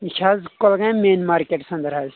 یہِ چھےٚ حظ کۄلگامہِ مین مارکٹس اندر حظ